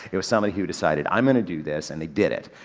it was somebody who decided i'm gonna do this and they did it.